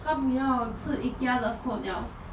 她不要吃 ikea 的 food 了